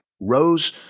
rose